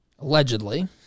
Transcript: Allegedly